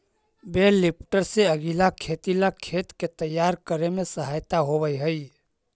बेल lifter से अगीला खेती ला खेत के तैयार करे में सहायता होवऽ हई